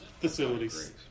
facilities